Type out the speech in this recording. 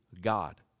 God